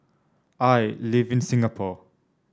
I live in Singapore